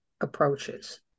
approaches